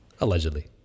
allegedly